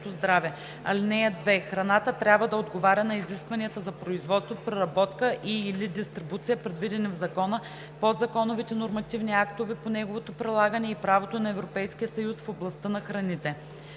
здраве. (2) Храната трябва да отговаря на изискванията за производство, преработка и/или дистрибуция, предвидени в закона, подзаконовите нормативни актове по неговото прилагане и правото на Европейския съюз в областта на храните.“